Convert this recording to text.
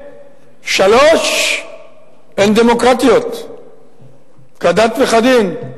שלוש הן דמוקרטִיות כדת וכדין,